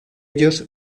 ellos